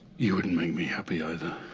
you wouldn't make me happy either.